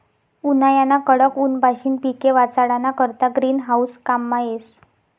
उन्हायाना कडक ऊनपाशीन पिके वाचाडाना करता ग्रीन हाऊस काममा येस